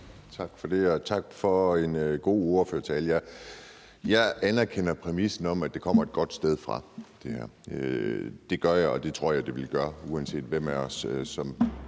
Tak for det og tak for en god ordførertale. Jeg anerkender præmissen om, at det her kommer et godt sted fra; det gør jeg. Og det tror jeg det ville gøre, uanset hvem af os der